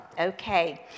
okay